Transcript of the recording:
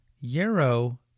yarrow